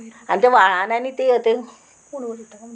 आनी त्या व्हाळान आनी ती अथंय